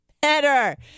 better